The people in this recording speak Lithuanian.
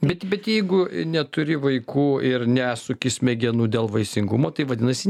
bet bet jeigu neturi vaikų ir nesuki smegenų dėl vaisingumo tai vadinasi